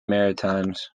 maritimes